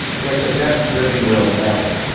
was like the best living will ever.